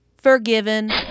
Forgiven